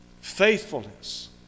Faithfulness